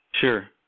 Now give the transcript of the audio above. Sure